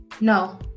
No